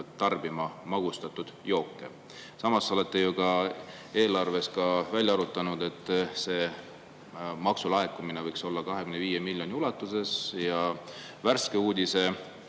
tarbima magustatud jooke. Samas olete eelarve jaoks välja arvutanud, et see maksulaekumine võiks olla 25 miljoni ulatuses. Värske uudis